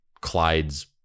Clyde's